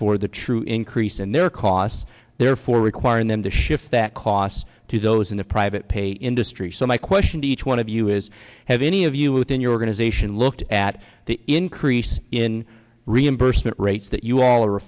for the true increase in their costs therefore requiring them to shift that cost to those in the private pay industry so my question to each one of you is have any of you within your organization looked at the increase in reimbursement rates that you all are